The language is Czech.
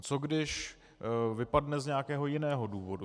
Co když vypadne z nějakého jiného důvodu?